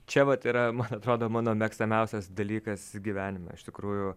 čia vat yra man atrodo mano mėgstamiausias dalykas gyvenime iš tikrųjų